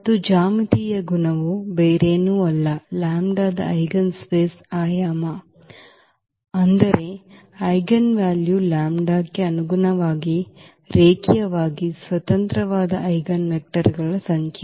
ಮತ್ತು ಜ್ಯಾಮಿತೀಯ ಗುಣವು ಬೇರೇನೂ ಅಲ್ಲ ಲ್ಯಾಂಬ್ಡಾದ ಐಜೆನ್ಸ್ಪೇಸ್ನ ಆಯಾಮ ಅಂದರೆ ಐಜೆನ್ವ್ಯಾಲ್ಯೂ ಲ್ಯಾಂಬ್ಡಾಕ್ಕೆ ಅನುಗುಣವಾಗಿ ರೇಖೀಯವಾಗಿ ಸ್ವತಂತ್ರವಾದ ಐಜೆನ್ವೆಕ್ಟರ್ಗಳ ಸಂಖ್ಯೆ